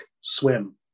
swim